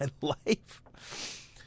life